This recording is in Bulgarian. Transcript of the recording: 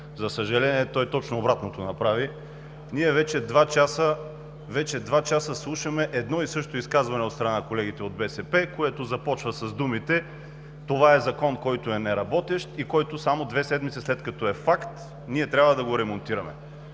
За съжаление, направи точно обратното. Ние вече два часа слушаме едно и също изказване от страна на колегите от „БСП за България“, което започва с думите: „Това е Закон, който е неработещ и който само две седмици, след като е факт, трябва да ремонтираме“.